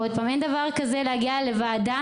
אין דבר כזה להגיע לוועדה,